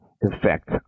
effect